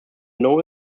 know